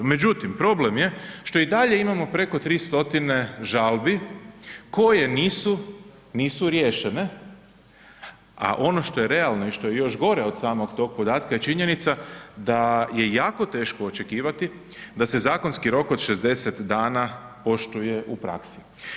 Međutim, problem je što i dalje imamo preko 300 žalbi koje nisu, nisu riješene, a ono što je realno i što je još gore od samog tog podatka je činjenica da je jako teško očekivati da se zakonski rok od 60 dana poštuje u praksi.